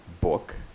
book